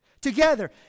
Together